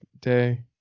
day